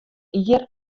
ier